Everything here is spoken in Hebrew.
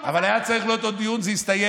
היה צריך להיות עוד דיון, זה הסתיים.